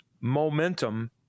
momentum